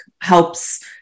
helps